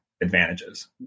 advantages